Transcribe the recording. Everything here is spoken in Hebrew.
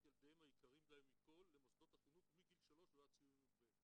ילדיהם היקרים להם מכל למוסדות החינוך מגיל 3 ועד סיום י"ב.